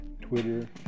Twitter